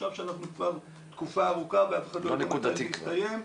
עכשיו כשאנחנו כבר תקופה ארוכה ואף אחד לא יודע מתי זה יסתיים,